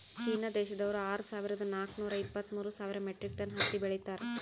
China ದೇಶ್ದವ್ರು ಆರ್ ಸಾವಿರದಾ ನಾಕ್ ನೂರಾ ಇಪ್ಪತ್ತ್ಮೂರ್ ಸಾವಿರ್ ಮೆಟ್ರಿಕ್ ಟನ್ ಹತ್ತಿ ಬೆಳೀತಾರ್